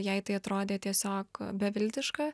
jai tai atrodė tiesiog beviltiška